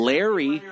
Larry